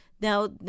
Now